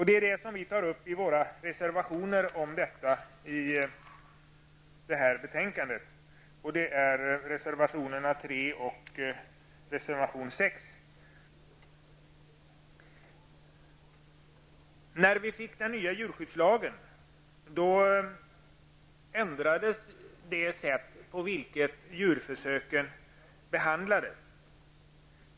Det är alltså vad våra reservationer nr 3 och nr 6 i det aktuella betänkandet handlar om. I och med den nya djurskyddslagen ändrades det sätt på vilket djurförsöken behandlats.